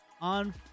on